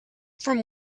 from